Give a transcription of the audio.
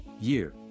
year